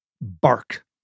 Bark